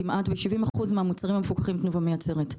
כמעט 70% מהמוצרים המפוקחים תנובה מייצרת.